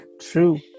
True